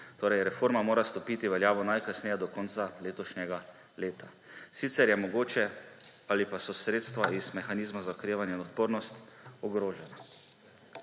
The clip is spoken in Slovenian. torej reforma mora stopiti v veljavo najkasneje do konca letošnjega leta, sicer je mogoče ali pa so sredstva iz mehanizma za okrevanje in odpornost ogrožena.